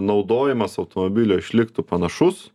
naudojimas automobilio išliktų panašus